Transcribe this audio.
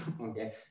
Okay